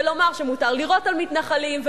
ולומר שמותר לירות על מתנחלים,